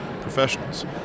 professionals